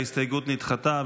ההסתייגות נדחתה.